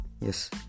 Yes